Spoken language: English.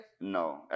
No